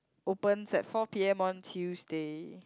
opens at four P_M on Tuesday